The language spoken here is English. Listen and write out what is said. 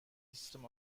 system